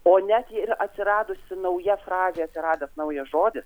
o net jei ir atsiradusi nauja frazė atsiradęs naujas žodis